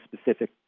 specific